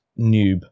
noob